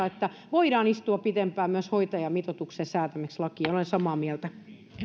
että voidaan istua pitempään myös hoitajamitoituksesta säätämisen lakia olen samaa mieltä